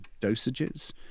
dosages